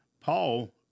Paul